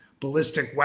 ballistic